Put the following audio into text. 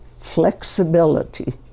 flexibility